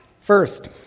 First